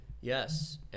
Yes